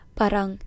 parang